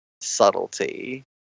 subtlety